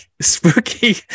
spooky